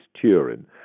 Turin